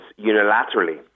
unilaterally